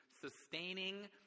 sustaining